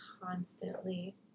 Constantly